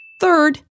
Third